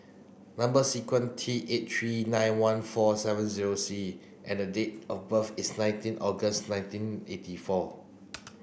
number sequence T eight three nine one four seven zero C and date of birth is nineteen August nineteen eighty four